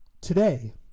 Today